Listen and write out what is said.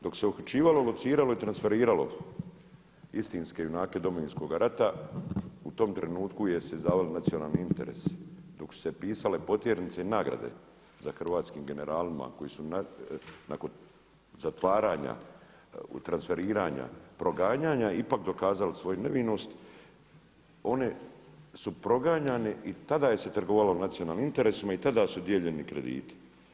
Dok se okačivalo, lociralo i transferiralo istinske junake Domovinskoga rata u tom trenutku se izdavao nacionalni interes, dok su se pisale potjernice i nagrade za hrvatskim generalima koji su nakon zatvaranja, transferiranja, proganjanja ipak dokazali svoju nevinost oni su proganjani i tada se trgovalo nacionalnim interesima i tada su dijeljeni krediti.